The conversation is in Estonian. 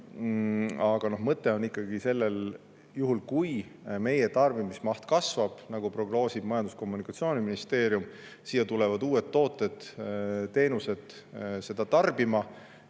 Aga mõte on ikkagi selles, et kui meie tarbimismaht kasvab, nagu prognoosib Majandus- ja Kommunikatsiooniministeerium, siis siia tulevad uued tooted-teenused seda tarbima.